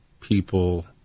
people